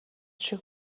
шиг